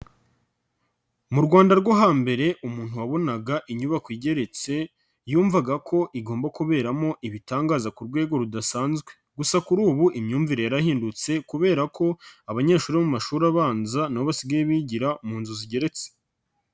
Mu Rwanda rwo hambere umuntu wabonaga inyubako igeretse, yumvaga ko igomba kuberamo ibitangaza ku rwego rudasanzwe. Gusa kuri ubu imyumvire yarahindutse kubera ko abanyeshuri bo mu mashuri abanza nabo basigaye bigira mu nzu zigeretse.